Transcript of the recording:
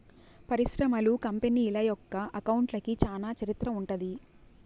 పరిశ్రమలు, కంపెనీల యొక్క అకౌంట్లకి చానా చరిత్ర ఉంటది